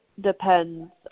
depends